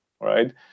right